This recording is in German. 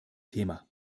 thema